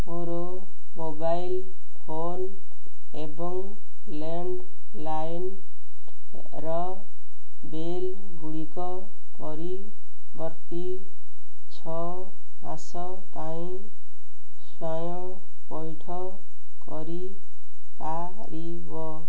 ମୋର mobile phone ଏବଂ ଲ୍ୟାଣ୍ଡଲାଇନ୍ର ବିଲ୍ ଗୁଡ଼ିକ ପରିବର୍ତ୍ତୀ ଛଅ ମାସ ପାଇଁ ସ୍ଵୟଂ ପଇଠ କରିପାରିବ